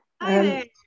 Hi